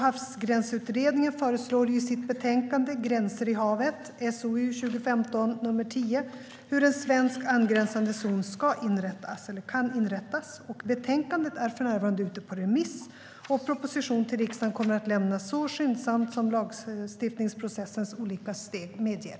Havsgränsutredningen föreslår i sitt betänkande, Gränser i havet , hur en svensk angränsande zon kan inrättas. Betänkandet är för närvarande ute på remiss. Proposition till riksdagen kommer att lämnas så skyndsamt som lagstiftningsprocessens olika steg medger.